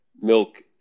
milk